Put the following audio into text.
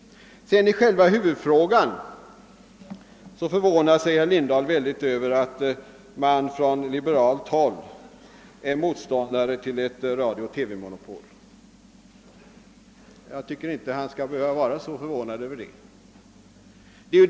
I själva huvudfrågan förvånar sig herr Lindahl mycket över att vi på liberalt håll är motståndare till ett radiooch TV-monopol. Jag tycker inte att han behöver vara så förvånad över det.